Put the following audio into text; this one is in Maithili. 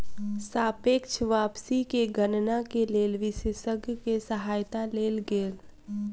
सापेक्ष वापसी के गणना के लेल विशेषज्ञ के सहायता लेल गेल